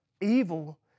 evil